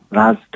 raz